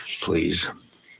please